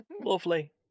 Lovely